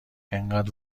انقد